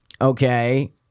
okay